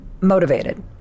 motivated